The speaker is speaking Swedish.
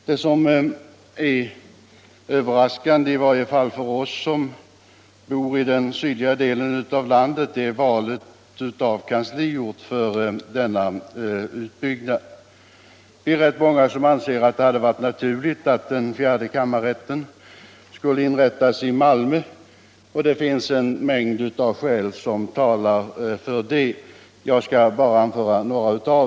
Det som är överraskande, i varje fall för oss som bor i den sydliga delen av landet, är valet av kansliort för denna utbyggnad. Vi är rätt många som anser att det hade varit naturligt att den fjärde kammarrätten skulle inrättats i Malmö. Det finns en mängd skäl för detta, men jag skall bara anföra några.